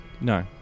No